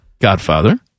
Godfather